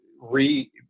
re-